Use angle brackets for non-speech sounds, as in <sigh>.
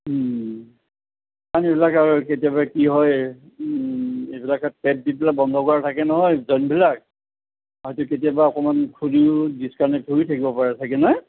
আৰু নালাগে আৰু কেতিয়াবা কি হয় এইবিলাক <unintelligible> বন্ধ কৰা থাকে নহয় জমবিলাক হয়তো কেতিয়াবা অকমান খুলিও ডিচকানেক্ট হৈও থাকিব পাৰে চাগৈ নহয়